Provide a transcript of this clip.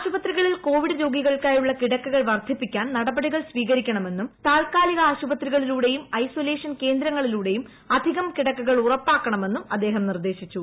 ആശുപത്രികളിൽ കോവിഡ് രോഗിക്ലൂൾക്കായുള്ള കിടക്കകൾ വർദ്ധിപ്പിക്കാൻ നടപടികൾ സ്വീകരിക്ക്ണ്ട്മെന്നും താല്ക്കാലിക ആശുപത്രികളിലൂടെയും ഐഐഐല്ലേ്ഷൻ കേന്ദ്രങ്ങളിലൂടെയും അധികം കിടക്കകൾ ഉറപ്പാക്കണ്മെന്നും അദ്ദേഹം നിർദ്ദേശിച്ചു